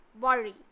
worry